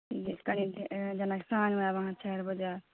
जे कनि साँझमे आयब अहाँ चारि बजे आयब